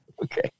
Okay